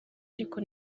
ariko